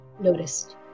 noticed